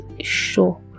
sure